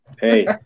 hey